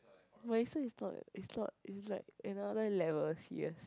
Marisa is not is not is like another level serious